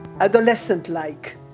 adolescent-like